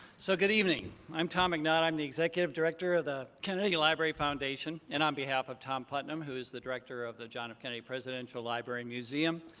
so good evening. i'm tom mcnaught. i'm the executive director of the kennedy library foundation, and on behalf of tom putnam, who is the director of the john f. kennedy presidential library museum,